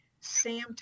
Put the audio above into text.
Sam